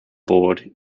board